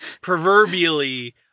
proverbially